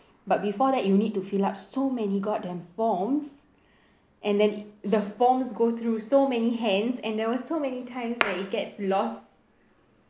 but before that you need to fill up so many goddamn forms and then the forms go through so many hands and there were so many times where it gets lost